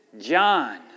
John